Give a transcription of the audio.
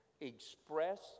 express